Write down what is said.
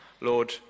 Lord